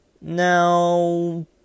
Now